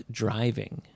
driving